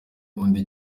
undi